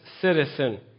citizen